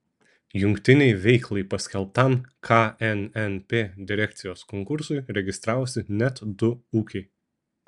jungtinei veiklai paskelbtam knnp direkcijos konkursui registravosi net du ūkiai